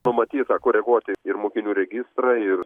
pamatytą koreguoti ir mokinių registrą ir